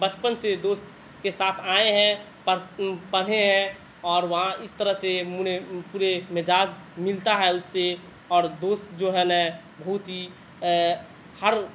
بچپن سے دوست کے ساتھ آئے ہیںھ پڑھے ہیں اور وہاں اس طرح سے پورے مزاج ملتا ہے اس سے اور دوست جو ہے نا بہت ہی ہر